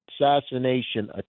assassination